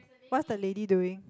what's the lady doing